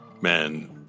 men